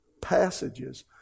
passages